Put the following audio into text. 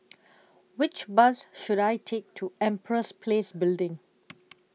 Which Bus should I Take to Empress Place Building